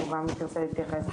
שאת שואפת לתקן את החוק ואת התקנות.